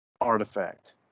artifact